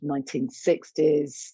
1960s